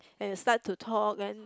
and you start to talk then